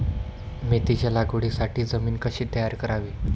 मेथीच्या लागवडीसाठी जमीन कशी तयार करावी?